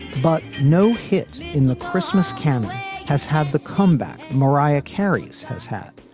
but no hit in the christmas canon has had the comeback. mariah carey's has had.